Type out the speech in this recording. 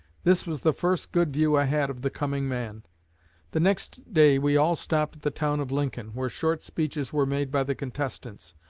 this was the first good view i had of the coming man the next day we all stopped at the town of lincoln, where short speeches were made by the contestants,